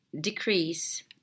decrease